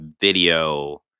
video